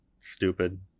Stupid